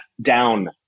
down